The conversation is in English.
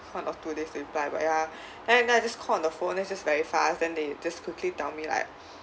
one or two days reply but ya everytime I just call on the phone then it's just very fast then they just quickly tell me like